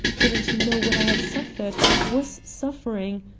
didn't he know what i had suffered, was suffering